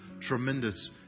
tremendous